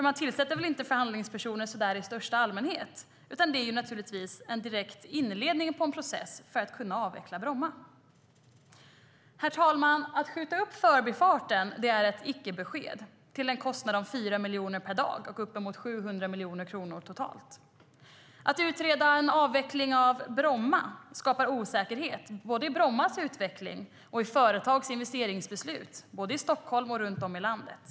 Man tillsätter knappast förhandlingspersoner så där i största allmänhet, utan det är naturligtvis en direkt inledning på en process för att kunna avveckla Bromma flygplats. Herr talman! Att skjuta upp Förbifart Stockholm är ett icke-besked till en kostnad av 4 miljoner kronor per dag och uppemot 700 miljoner kronor totalt. Att utreda en avveckling av Bromma flygplats skapar osäkerhet både för Bromma flygplats utveckling och för företags investeringsbeslut i Stockholm och runt om i landet.